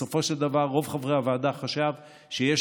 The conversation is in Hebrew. בסופו של דבר רוב חברי הוועדה חשב שיש